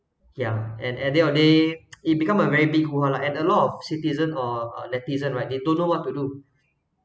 yeah and and that are there it become a very big hole lah and a lot of citizen or a netizen right they don't know what to look